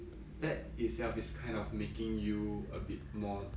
that itself is kind of making you a bit more